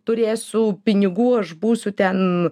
turėsiu pinigų aš būsiu ten